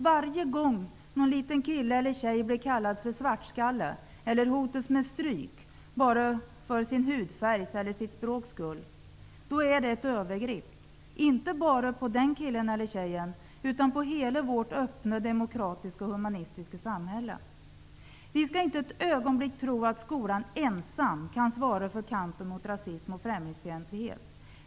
Varje gång en liten kille eller tjej blir kallad för svartskalle, eller hotas med stryk bara för sin hudfärgs eller sitt språks skull är det ett övergrepp, inte bara på den killen eller tjejen utan på hela vårt öppna, demokratiska och humanistiska samhälle. Vi skall inte ett ögonblick tro att skolan ensam kan svara för kampen mot rasism och främlingsfientlighet.